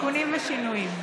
תיקונים ושינויים.